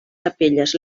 capelles